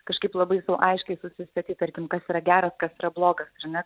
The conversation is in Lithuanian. kažkaip labai aiškiai susistatyt tarkim kas yra geras kas yra blogas sr ne